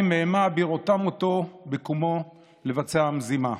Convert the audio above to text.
מאימה / בראותם אותו בקומו / לבצע המזימה".